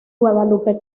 guadalupe